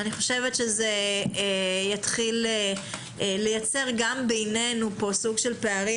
אני חושבת שזה יתחיל לייצר גם בינינו פה סוג של פערים